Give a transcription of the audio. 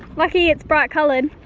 lucky it's bright coloured.